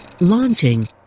launching